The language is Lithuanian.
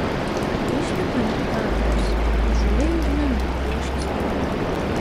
išlipant piotras įžūliai užlindo priešais mane